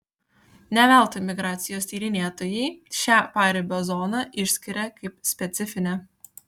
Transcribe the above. ne veltui migracijos tyrinėtojai šią paribio zoną išskiria kaip specifinę